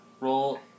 Roll